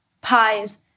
pies